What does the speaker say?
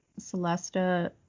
Celesta